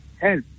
help